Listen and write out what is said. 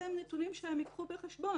אלה הם נתונים שהם יביאו בחשבון,